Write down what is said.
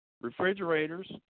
refrigerators